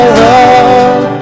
love